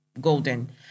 golden